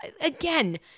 again